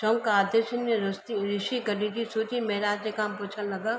शौनकादिऋषि ॠषि गॾजी सूतजी महाराज खां पुछण लॻा